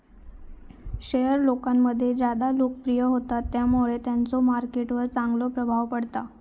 share लोकांमध्ये ज्यादा लोकप्रिय होतत त्यामुळे त्यांचो मार्केट वर चांगलो प्रभाव पडता